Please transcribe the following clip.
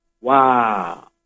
Wow